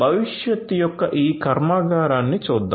భవిష్యత్ యొక్క ఈ కర్మాగారాన్ని చూద్దాం